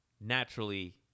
naturally